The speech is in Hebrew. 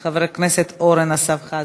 חבר הכנסת אורן אסף חזן,